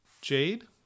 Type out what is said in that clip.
Jade